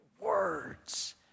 words